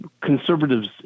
conservatives